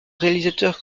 réalisateur